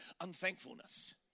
unthankfulness